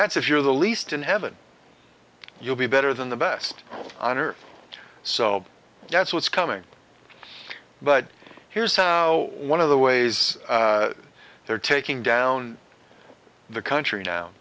that's if you're the least in heaven you'll be better than the best on earth so that's what's coming but here's how one of the ways they're taking down the country